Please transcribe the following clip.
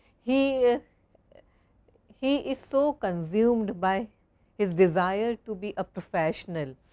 he he is so consumed by his desire to be a professional,